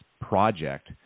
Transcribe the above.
project